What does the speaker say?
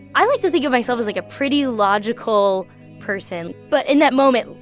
i like to think of myself as, like, a pretty logical person. but in that moment,